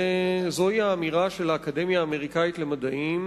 זוהי האמירה של האקדמיה האמריקנית למדעים